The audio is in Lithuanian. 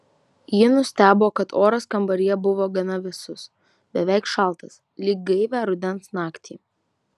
ji nustebo kad oras kambaryje buvo gana vėsus beveik šaltas lyg gaivią rudens naktį